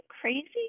crazy